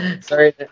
sorry